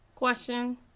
Question